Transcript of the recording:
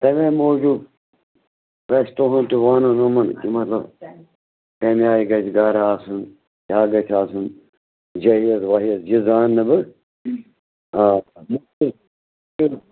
تَمے موٗجوٗب گژھِ تُہُند تہِ وَنُن یِمَن تِمن مطلب اَمہِ آیہِ گژھِ گرٕ آسُن گرٕ گژھِ آسُن جَہیٖز وَہیز یہِ زانٕنہٕ بہٕ آ بِلکُل بِلکُل